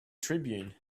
tribune